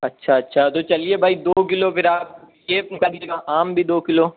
اچّھا اچّھا تو چليے بھائى دو كيلو پھر آپ کر دیجیے گا آم بھی دو کیلو